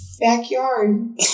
backyard